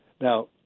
Now